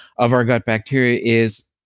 of our gut bacteria is